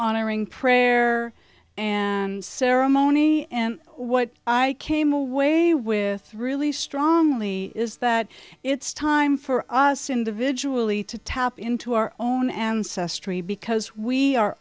honoring prayer and ceremony and what i came away with really strongly is that it's time for us individually to tap into our own ancestry because we are